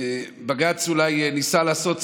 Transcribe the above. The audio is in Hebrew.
בג"ץ אולי ניסה לעשות צדק,